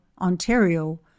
Ontario